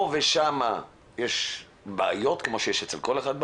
פה ושם יש בעיות כמו שיש אצל כל אחד,